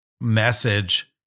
message